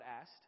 asked